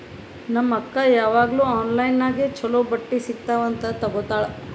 ನಮ್ ಅಕ್ಕಾ ಯಾವಾಗ್ನೂ ಆನ್ಲೈನ್ ನಾಗೆ ಛಲೋ ಬಟ್ಟಿ ಸಿಗ್ತಾವ್ ಅಂತ್ ತಗೋತ್ತಾಳ್